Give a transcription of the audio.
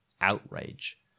outrage